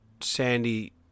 Sandy